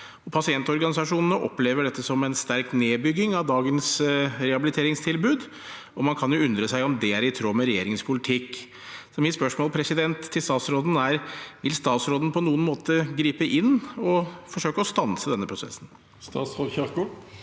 Pasientorganisasjonene opplever dette som en sterk nedbygging av dagens rehabiliteringstilbud, og man kan jo undre seg om det er i tråd med regjeringens politikk. Mitt spørsmål til statsråden er: Vil statsråden på noen måte gripe inn og forsøke å stanse denne prosessen? Statsråd Ingvild